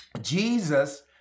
Jesus